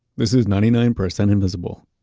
this is ninety nine percent invisible.